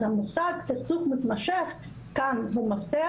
אז המושג סכסוך מתמשך כאן הוא מפתח